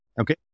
Okay